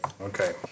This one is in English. Okay